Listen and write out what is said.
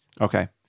Okay